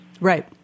right